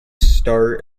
start